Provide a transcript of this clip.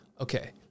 okay